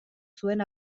zuen